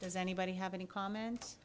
does anybody have any comments